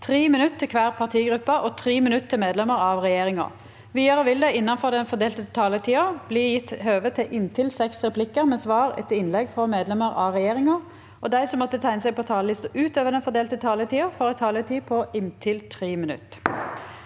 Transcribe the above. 3 minutt til kvar partigruppe og 3 minutt til medlemer av regjeringa. Vidare vil det – innanfor den fordelte taletida – bli gjeve høve til inntil seks replikkar med svar etter innlegg frå medlemer av regjeringa, og dei som måtte teikna seg på talarlista utover den fordelte taletida, får òg ei taletid på inntil 3 minutt.